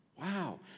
Wow